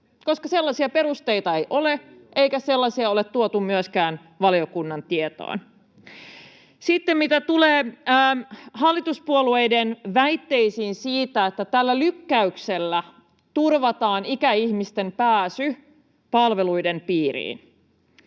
koska sellaisia perusteita ei ole eikä sellaisia ole tuotu myöskään valiokunnan tietoon. Sitten mitä tulee hallituspuolueiden väitteisiin siitä, että tällä lykkäyksellä turvataan ikäihmisten pääsy palveluiden piiriin,